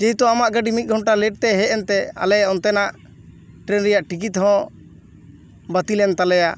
ᱡᱮᱦᱮᱛᱩ ᱟᱢᱟᱜ ᱜᱟᱹᱰᱤ ᱢᱤᱫ ᱜᱷᱚᱱᱴᱟ ᱞᱮᱹᱴ ᱛᱮ ᱦᱮᱡ ᱮᱱᱛᱮ ᱟᱞᱮ ᱚᱱᱛᱮᱱᱟᱜ ᱴᱨᱮᱹᱱ ᱨᱮᱭᱟᱜ ᱴᱤᱠᱤᱴ ᱦᱚᱸ ᱵᱟᱹᱛᱤᱞᱮᱱ ᱛᱟᱞᱮᱭᱟ